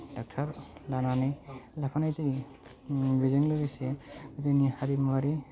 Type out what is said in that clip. doctor लानानै लाख'नाय जायो बेजों लोगोसे जोंनि हारिमुवारि